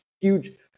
huge